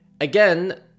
Again